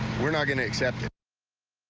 we're not going to accept it.